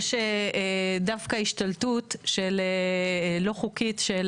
יש דווקא השתלטות לא חוקית של